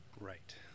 Right